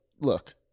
Look